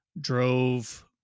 drove